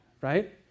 right